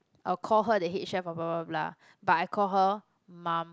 I will call her the head chef of blah blah blah but I call her mum